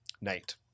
night